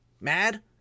mad